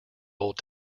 old